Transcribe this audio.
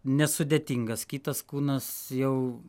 nesudėtingas kitas kūnas jau